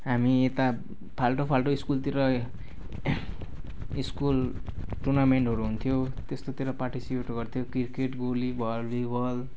हामी यता फाल्टु फाल्टु स्कुलतिर स्कुल टुर्नामेन्टहरू हुन्थ्यो त्यस्तोतिर पार्टिसिपेट गर्थ्यौँ क्रिकेट गोली भलिबल